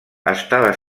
estava